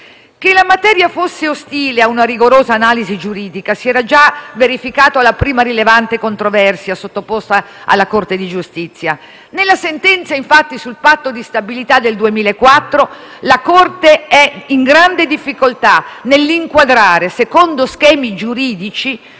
Che la materia fosse ostile a una rigorosa analisi giuridica si era già verificato alla prima rilevante controversia sottoposta alla Corte di giustizia. Nella sentenza sul Patto di stabilità del 2004, infatti, la Corte è in grande difficoltà nell'inquadrare secondo schemi giuridici